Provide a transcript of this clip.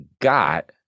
got